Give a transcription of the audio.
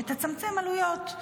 צמצם עלויות.